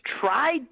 tried